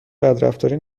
بدرفتاری